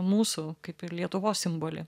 mūsų kaip ir lietuvos simbolį